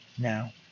now